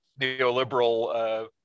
neoliberal